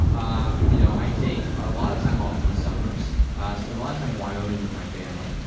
um you know i take a lot of time off in the summers, i spent a lot time wyoming with my family.